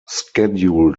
schedule